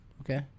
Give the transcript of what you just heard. okay